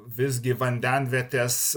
visgi vandenvietės